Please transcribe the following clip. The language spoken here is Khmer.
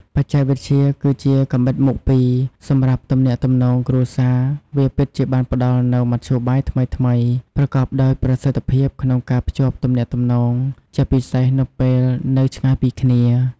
បច្ចេកវិទ្យាគឺជា កាំបិតមុខពីរ សម្រាប់ទំនាក់ទំនងគ្រួសារ វាពិតជាបានផ្ដល់នូវ មធ្យោបាយថ្មីៗ ប្រកបដោយប្រសិទ្ធភាពក្នុងការភ្ជាប់ទំនាក់ទំនង ជាពិសេសនៅពេលនៅឆ្ងាយពីគ្នា។